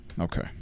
okay